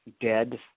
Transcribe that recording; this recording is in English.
Dead